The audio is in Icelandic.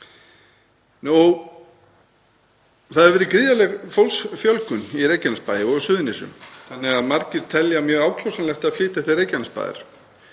Það hefur verið gríðarleg fólksfjölgun í Reykjanesbæ og á Suðurnesjum þannig að margir telja mjög ákjósanlegt að flytja til Reykjanesbæjar.